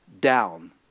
down